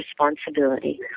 responsibility